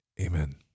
Amen